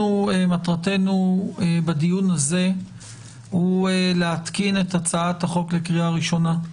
מטרתנו בדיון הזה להתקין את הצעת החוק לקריאה הראשונה.